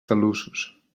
talussos